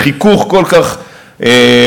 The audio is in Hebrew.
בחיכוך כל כך מסיבי,